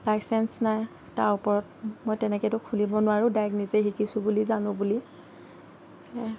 licence নাই তাৰ ওপৰত মই তেনেকৈতো খুলিব নোৱাৰোঁ ডাইৰেক্ট নিজে শিকিছোঁ বুলি জানো বুলি